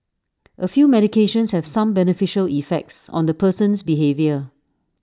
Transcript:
A few medications have some beneficial effects on the person's behaviour